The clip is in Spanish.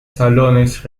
salones